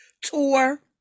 tour